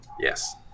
yes